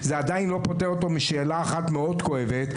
זה עדיין לא פוטר אותו משאלה אחת מאוד כואבת,